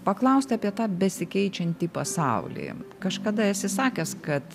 paklausti apie tą besikeičiantį pasaulį kažkada esi sakęs kad